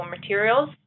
materials